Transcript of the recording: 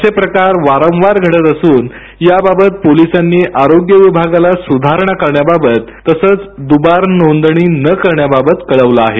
असे प्रकार वारंवार घडत असून याबाबत पोलिसांनी आरोग्य विभागाला सुधारणा करण्याबाबत तसेच दुबार नोंदणी न करण्याबाबत कळविले आहे